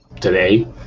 today